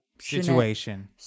situation